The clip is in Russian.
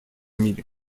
мире